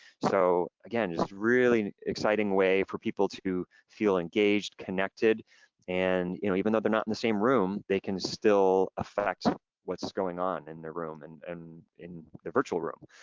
so again, it's really exciting way for people to feel engaged, connected and you know even though they're not in the same room, they can still affect what's going on in the room and and in the virtual room.